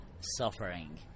suffering